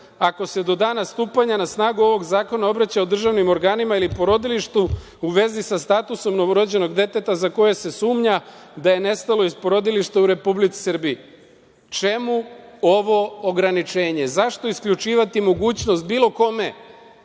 ako se do dana stupanja na snagu ovog zakona obraćao državnim organima ili porodilištu u vezi za statusom novorođenog deteta, za koje se sumnja da je nestalo iz porodilišta u Republici Srbiji“. Čemu ovo ograničenje? Zašto isključivati mogućnost bilo kome